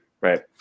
right